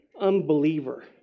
unbeliever